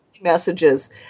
messages